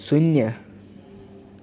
શૂન્ય